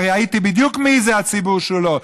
ראיתי בדיוק מי זה הציבור שלא,